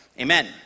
amen